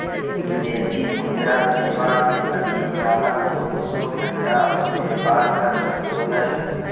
विदेशी मुद्रा सेवा के अधीन गाहक़ चौबीसों घण्टा अपन व्यापार कर सको हय